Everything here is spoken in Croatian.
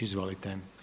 Izvolite.